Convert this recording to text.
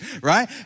right